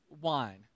wine